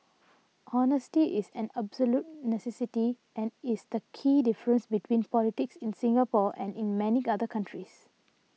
honesty is an absolute necessity and is the key difference between politics in Singapore and in many other countries